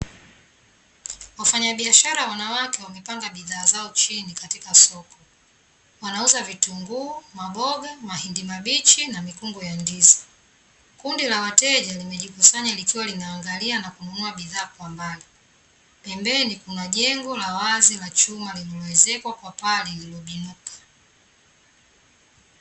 Wafanyabiashara wanawake wamepanga bidhaa zao chini katika soko. Wanauza vitunguu, maboga, mahindi mabichi na mikungu ya ndizi. Kundi la wateja limejikusanya likiwa linaangalia na kununua bidhaa kwa mbali. Pembeni kuna jengo la wazi la chuma lililoezekwa kwa paa liliobinuka.